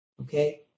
okay